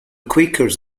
quakers